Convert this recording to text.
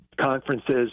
conferences